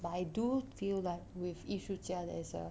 but I do feel like with 艺术家的一些